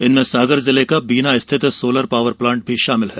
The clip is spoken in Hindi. इनमें सागर जिले के बीना स्थित सोलर पावर प्लांट भी शामिल है